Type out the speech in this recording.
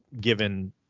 given